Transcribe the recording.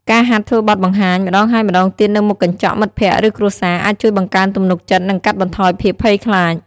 ការហាត់ធ្វើបទបង្ហាញម្តងហើយម្តងទៀតនៅមុខកញ្ចក់ មិត្តភក្តិ ឬគ្រួសារ អាចជួយបង្កើនទំនុកចិត្ត និងកាត់បន្ថយភាពភ័យខ្លាច។